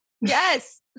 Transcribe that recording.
Yes